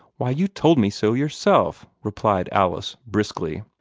why, you told me so yourself, replied alice, briskly.